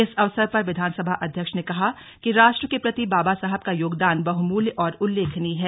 इस अवसर पर विधानसभा अध्यक्ष ने कहा कि राष्ट्रर के प्रति बाबा साहब का योगदान बहुमूल्य और उल्लेखिनीय है